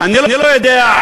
אני לא יודע,